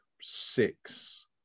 six